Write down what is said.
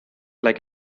like